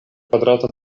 kvadrata